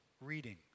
reading